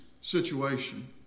situation